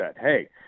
hey